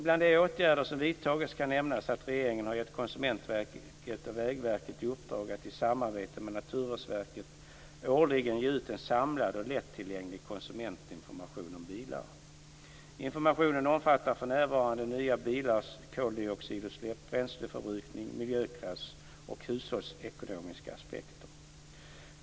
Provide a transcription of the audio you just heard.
Bland de åtgärder som vidtagits kan nämnas att regeringen har gett Konsumentverket och Vägverket i uppdrag att i samarbete med Naturvårdsverket årligen ge ut en samlad och lättillgänglig konsumentinformation om bilar. Informationen omfattar för närvarande nya bilars koldioxidutsläpp, bränsleförbrukning och miljöklass samt hushållsekonomiska aspekter.